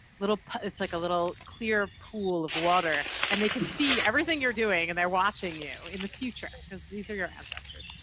it's like a little clear pool of water and they can see everything you're doing and they're watching you in the future, because these are your ancestors.